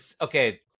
Okay